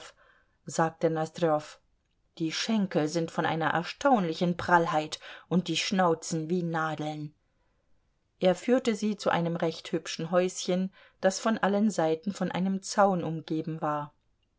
sagte nosdrjow die schenkel sind von einer erstaunlichen prallheit und die schnauzen wie die nadeln er führte sie zu einem recht hübschen häuschen das von allen seiten von einem zaun umgeben war